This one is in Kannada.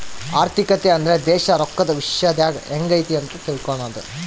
ಆರ್ಥಿಕತೆ ಅಂದ್ರೆ ದೇಶ ರೊಕ್ಕದ ವಿಶ್ಯದಾಗ ಎಂಗೈತೆ ಅಂತ ತಿಳ್ಕನದು